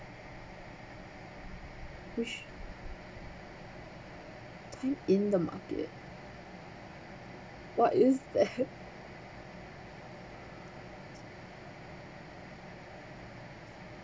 which time in the market what is that